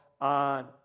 on